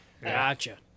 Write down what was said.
Gotcha